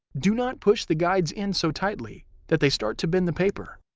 do not push the guides in so tightly that they start to bend the paper.